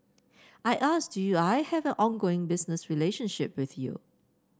I asked do you I have ongoing business relationship with you